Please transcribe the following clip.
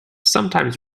sometimes